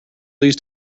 leads